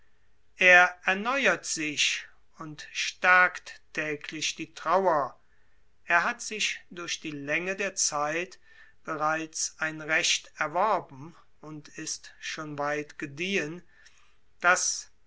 er erneuert sich und stärkt täglich die trauer er hat sich durch die länge der zeit bereits ein recht erworben und ist schon weit gediehen daß